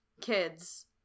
kids